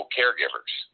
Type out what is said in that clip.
caregivers